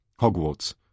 Hogwarts